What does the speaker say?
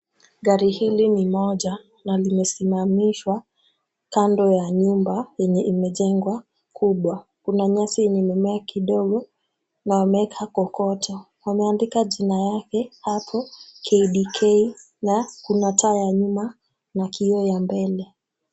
Gari hili ni moja na limesimamishwa kando ya nyumba yenye imejengwa kubwa. Kuna nyasi yenye imemea kidogo na wameweka kokoto. Wameandika jina yake hapo KDK na kuna taa ya nyuma na kioo ya mbele.